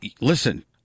listen